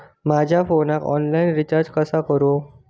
माझ्या फोनाक online recharge कसा करू?